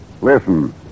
Listen